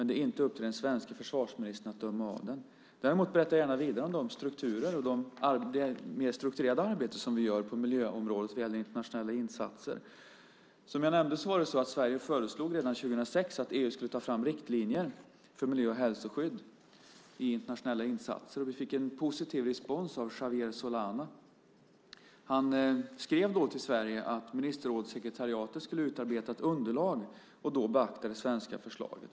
Det är inte upp till den svenske försvarsministern att döma av dem. Däremot berättar jag gärna vidare om de strukturer som finns och det mer strukturerade arbete som vi gör på miljöområdet vad gäller internationella insatser. Som jag nämnde föreslog Sverige redan 2006 att EU skulle ta fram riktlinjer för miljö och hälsoskydd i internationella insatser och vi fick positiv respons av Javier Solana. Han skrev till Sverige att ministerrådssekretariatet skulle utarbeta ett underlag och därvid beakta det svenska förslaget.